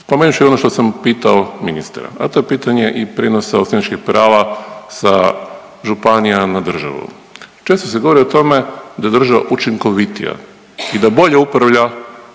spomenut ću i ono što sam pitao ministra, a to je pitanje i prijenosa osnivačkih prava sa županija na državu. Često se govori o tome da je država učinkovitija i da bolje upravlja